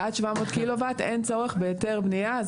עד 700 קילו-וואט, אין צורך בהיתר בנייה.